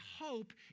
hope